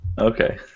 Okay